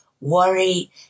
worry